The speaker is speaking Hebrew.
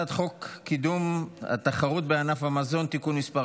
הצעת חוק קידום התחרות בענף המזון (תיקון מס'